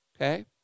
okay